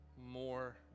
more